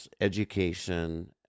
education